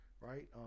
right